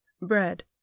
Bread